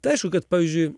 tai aišku kad pavyzdžiui